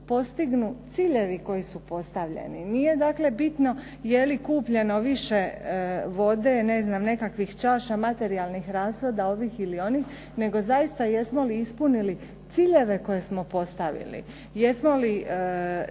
postignu ciljevi koji su postavljeni. Nije dakle bitno je li kupljeno više vode, ne znam nekakvih čaša, materijalnih rashoda ovih ili onih, nego zaista jesmo li ispunili ciljeve koje smo postavili?